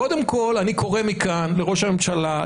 קודם כל אני קורא מכאן לראש הממשלה,